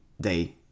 day